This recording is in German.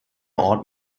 ort